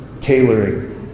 tailoring